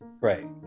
Right